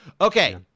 Okay